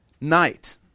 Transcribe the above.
night